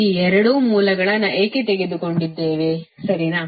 ಈ 2 ಮೂಲಗಳನ್ನು ಏಕೆ ತೆಗೆದುಕೊಂಡಿದ್ದೇವೆ ಸರಿನಾ